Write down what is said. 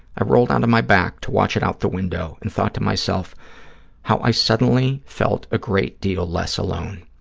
i rolled onto my back to watch it out the window and thought to myself how i suddenly felt a great deal less alone.